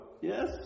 Yes